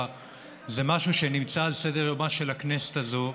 זה משהו שנמצא על סדר-יומה של הכנסת הזאת.